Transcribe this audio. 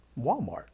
Walmart